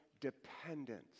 dependence